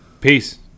peace